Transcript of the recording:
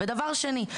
דבר שני,